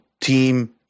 team